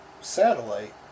satellite